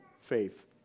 faith